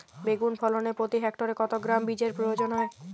বেগুন ফলনে প্রতি হেক্টরে কত গ্রাম বীজের প্রয়োজন হয়?